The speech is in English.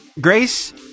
grace